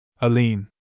Aline